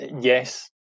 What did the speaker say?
Yes